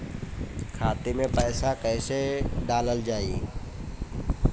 खाते मे पैसा कैसे डालल जाई?